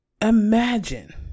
imagine